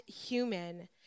human